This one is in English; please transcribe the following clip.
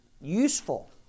useful